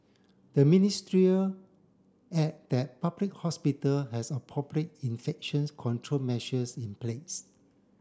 the ministry add that public hospital has appropriate infection control measures in place